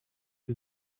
who